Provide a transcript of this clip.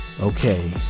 okay